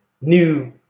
new